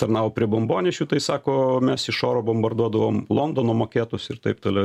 tarnavo prie bombonešių tai sako mes iš oro bombarduodavom londono maketus ir taip toliau